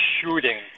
shooting